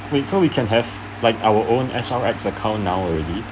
wait so we can have like our own S_R_S account now already